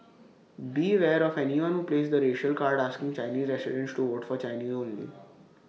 beware of anyone who plays the racial card asking Chinese residents to vote for Chinese only